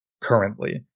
currently